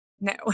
No